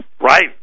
Right